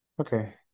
Okay